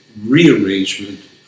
rearrangement